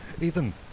Ethan